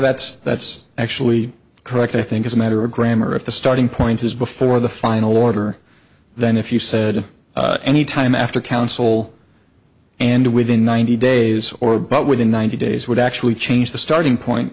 that's that's actually correct i think as a matter of grammar if the starting point is before the final order then if you said any time after council and within ninety days or but within ninety days would actually change the starting point